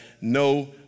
no